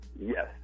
Yes